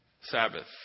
Sabbath